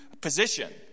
position